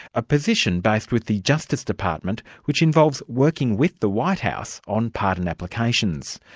a position based with the justice department, which involves working with the white house on pardon applications.